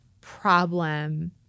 problem